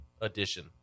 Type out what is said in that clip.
edition